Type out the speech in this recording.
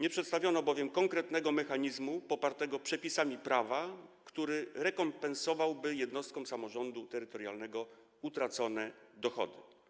nie przedstawiono bowiem konkretnego mechanizmu popartego przepisami prawa, który umożliwiłby rekompensowanie jednostkom samorządu terytorialnego utraconych dochodów.